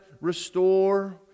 restore